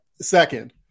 Second